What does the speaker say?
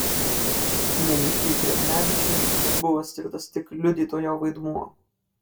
neniškiui krevnevičiui buvo skirtas tik liudytojo vaidmuo